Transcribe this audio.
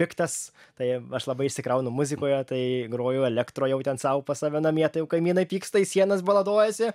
piktas tai aš labai išsikraunu muzikoje tai groju elektro jau ten sau pas save namie tai jau kaimynai pyksta į sienas baladojasi